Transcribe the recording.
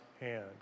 hand